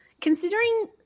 considering